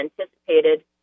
anticipated